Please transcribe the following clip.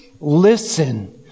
listen